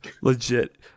legit